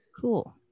cool